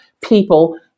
people